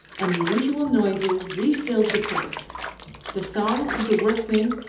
and the usual noises refilled the place the song of the workmen,